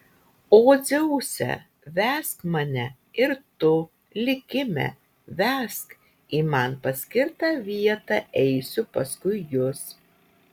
o dzeuse vesk mane ir tu likime vesk į man paskirtą vietą eisiu paskui jus